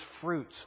fruit